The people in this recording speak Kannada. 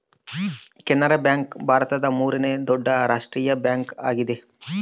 ಕೆನರಾ ಬ್ಯಾಂಕ್ ಭಾರತದ ಮೂರನೇ ದೊಡ್ಡ ರಾಷ್ಟ್ರೀಯ ಬ್ಯಾಂಕ್ ಆಗಿದೆ